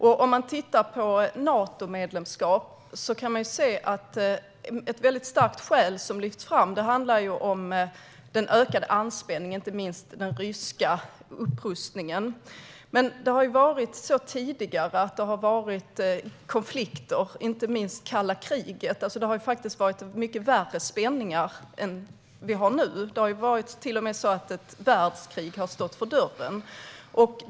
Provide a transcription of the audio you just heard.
Ett väldigt starkt skäl för ett Natomedlemskap som lyfts fram är den ökade anspänningen och inte minst den ryska upprustningen. Det har tidigare varit konflikter, inte minst under kalla kriget, då det har varit mycket värre spänningar jämfört med nu. Till och med ett världskrig har stått för dörren.